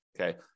Okay